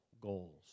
goals